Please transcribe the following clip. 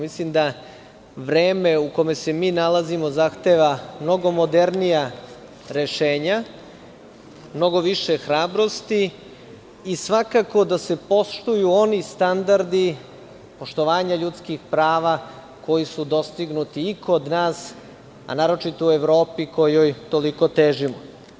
Mislim da vreme u kome se mi nalazimo zahteva mnogo modernija rešenja, mnogo više hrabrosti i svakako da se poštuju oni standardi poštovanja ljudskih prava, koji su dostignuti i kod nas, a naročito u Evropi, kojoj toliko težimo.